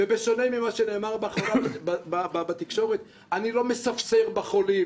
ובשונה ממה שנאמר בתקשורת, אני לא מספסר בחולים.